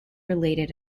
related